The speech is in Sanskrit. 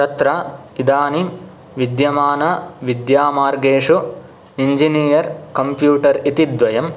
तत्र इदानीं विद्यमानविद्यामार्गेषु इञ्जिनियर् कम्प्यूटर् इति द्वयम्